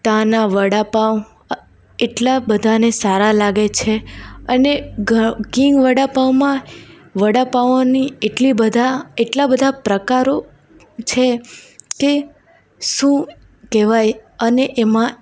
ત્યાંના વડાપાંવ એટલાં બધાંને સારા લાગે છે અને ઘ કિંગ વડાપાંવમાં વડાપાંવની એટલી બધાં એટલા બધાં પ્રકારો છે કે શું કહેવાય અને એમાં